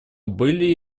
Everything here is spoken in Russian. были